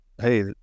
hey